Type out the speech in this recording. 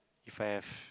if I have